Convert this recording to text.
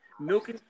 Milk